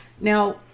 Now